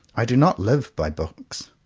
i do not live by books.